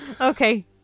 okay